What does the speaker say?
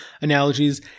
analogies